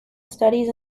studies